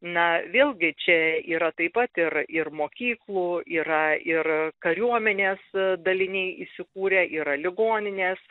na vėlgi čia yra taip pat ir ir mokyklų yra ir kariuomenės daliniai įsikūrę yra ligoninės